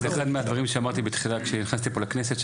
זה אחד מהדברים שאמרתי בהתחלה כשנכנסתי פה לכנסת,